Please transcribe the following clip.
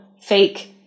fake